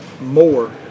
more